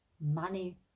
money